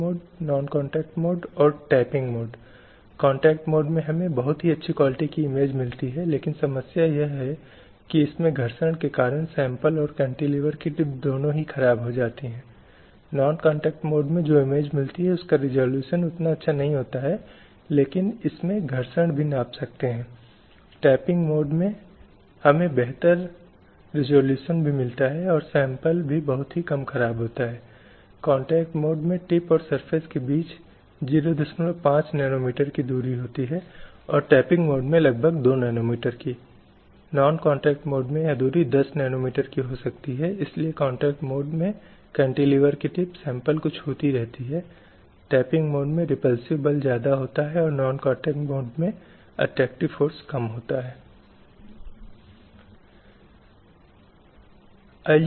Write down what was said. मूल वेतन संरचना में ही कई बार यह देखा जाता है कि महिलाओं को उनके पुरुष समकक्षों की तुलना में बहुत कम प्राप्त होता है पदोन्नति के मामले में यह देखा जाता है कि महिलाओं को उनके पुरुष समकक्षों की तुलना में कम पसंद किया जाता है कार्यस्थल पर जिम्मेदारियां प्रदान करने के संदर्भ में यह कहा जाता है कि अपने पुरुष समकक्षों की तुलना में महिलाओं पर कम विश्वास रखते हैं तो इसलिए घोषणाजब यह कहती है कि रोजगार के अवसरों के मामले में समानता होनी चाहिए आप महिलाओं के संबंध में जानते हैंयह कहीं संकेत करता है कि नियोक्ता की पसंद के संदर्भ में इनमें केवल भेदभावपूर्ण दृष्टिकोण या रवैये नहीं होना चाहिए